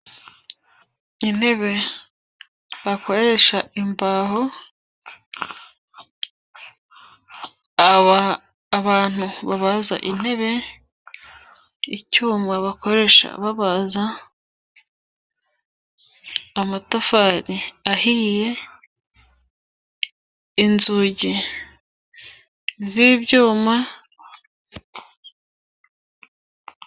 Intebe bakoresha imbaho , aba abantu babaza intebe, icyuma bakoresha babaza, amatafari ahiye, inzugi z'ibyuma....